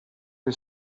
del